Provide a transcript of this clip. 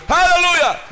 Hallelujah